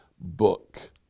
book